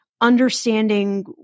understanding